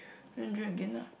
then drink again lah